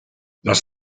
las